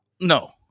No